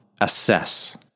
assess